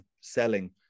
selling